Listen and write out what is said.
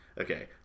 Okay